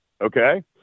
okay